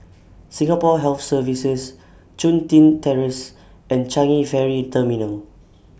Singapore Health Services Chun Tin Terrace and Changi Ferry Terminal